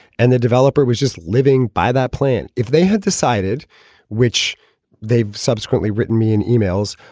and the developer was just living by that plan. if they had decided which they subsequently written me in emails.